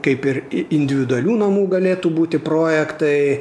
kaip ir i individualių namų galėtų būti projektai